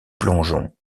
plongeon